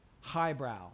highbrow